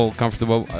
comfortable